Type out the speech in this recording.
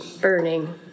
Burning